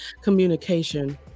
communication